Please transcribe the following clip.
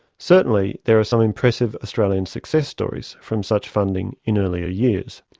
certainly, there are some impressive australian success stories from such funding in earlier years.